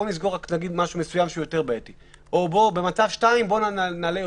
נסגור רק משהו מסוים שהוא יותר בעייתי או במצב 2 נעלה יותר.